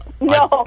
No